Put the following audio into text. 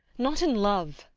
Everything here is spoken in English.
not in love.